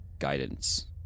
Guidance